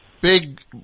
Big